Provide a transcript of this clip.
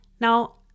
Now